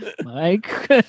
Mike